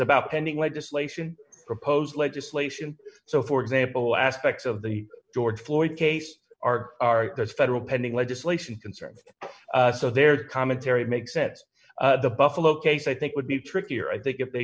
about pending legislation proposed legislation so for example aspects of the george floyd case are those federal pending legislation concerns so their commentary makes sense the buffalo case i think would be trickier i think if they